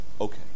okay